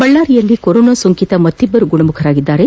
ಬಳ್ಳಾರಿಯಲ್ಲಿ ಕೊರೊನಾ ಸೋಂಕಿತ ಮತ್ತಿಬ್ಬರು ಗುಣಮುಖರಾಗಿದ್ದು